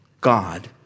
God